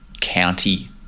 county